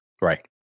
Right